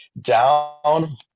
down